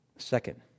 Second